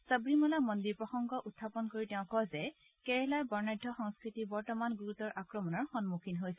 সবৰীমালা মন্দিৰ প্ৰসংগ উখাপন কৰি তেওঁ কয় যে কেৰেলাৰ বৰ্ণাঢ্য সংস্কৃতি বৰ্তমান গুৰুতৰ আক্ৰমণৰ সন্মুখীন হৈছে